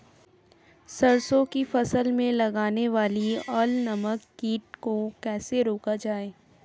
सरसों की फसल में लगने वाले अल नामक कीट को कैसे रोका जाए?